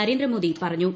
നരേന്ദ്രമോദി പറഞ്ഞു